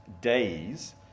days